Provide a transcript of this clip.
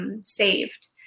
saved